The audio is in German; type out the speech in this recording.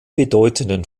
bedeutenden